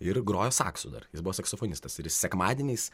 ir groja saksu dar jis buvo saksofonistas ir jis sekmadieniais